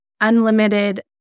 unlimited